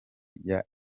rya